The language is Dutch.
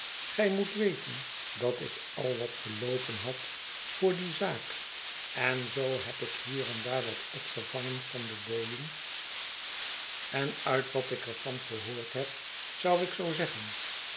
gij moet weten dat ik al wat geloopen had voor die zaak en zoo heb ik hier en daar wat opgevangen van de booien en uit wat ik er van gehoord heb zou ik zoo zeggen